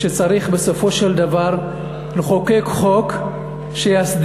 שצריך בסופו של דבר לחוקק חוק שיסדיר,